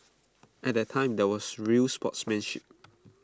at that time there was real sportsmanship